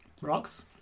Rocks